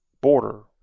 border